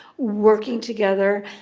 working together,